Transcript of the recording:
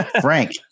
Frank